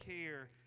care